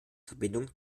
verbindung